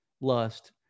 lust